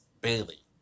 Bailey